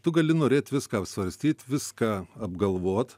tu gali norėt viską apsvarstyt viską apgalvot